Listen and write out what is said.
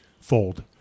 fold